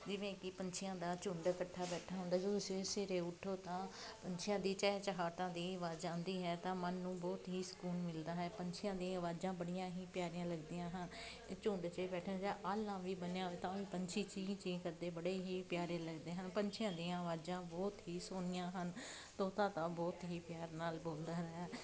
ਜਿਵੇਂ ਕਿ ਪੰਛੀਆਂ ਦਾ ਝੁੰਡ ਇਕੱਠਾ ਬੈਠਾ ਹੁੰਦਾ ਜਦੋਂ ਸਵੇਰੇ ਸਵੇਰੇ ਉੱਠੋ ਤਾਂ ਪੰਛੀਆਂ ਦੀ ਚਹਿਚਹਾਟਾਂ ਦੀ ਆਵਾਜ਼ ਆਉਂਦੀ ਹੈ ਤਾਂ ਮਨ ਨੂੰ ਬਹੁਤ ਹੀ ਸਕੂਨ ਮਿਲਦਾ ਹੈ ਪੰਛੀਆਂ ਦੀ ਆਵਾਜ਼ਾਂ ਬੜੀਆਂ ਹੀ ਪਿਆਰੀਆਂ ਲੱਗਦੀਆਂ ਹਨ ਝੁੰਡ 'ਚ ਬੈਠੇ ਜਾਂ ਆਲ੍ਹਣਾ ਵੀ ਬਣਿਆ ਹੋਵੇ ਤਾਂ ਵੀ ਪੰਛੀ ਚੀਂ ਚੀਂ ਕਰਦੇ ਬੜੇ ਹੀ ਪਿਆਰੇ ਲੱਗਦੇ ਹਨ ਪੰਛੀਆਂ ਦੀਆਂ ਆਵਾਜ਼ਾਂ ਬਹੁਤ ਹੀ ਸੋਹਣੀਆਂ ਹਨ ਤੋਤਾ ਤਾਂ ਬਹੁਤ ਹੀ ਪਿਆਰ ਨਾਲ ਬੋਲਦਾ ਹੈ